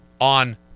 on